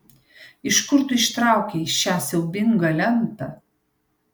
iš kur tu ištraukei šią siaubingą lentą